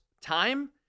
time